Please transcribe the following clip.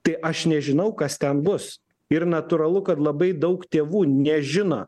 tai aš nežinau kas ten bus ir natūralu kad labai daug tėvų nežino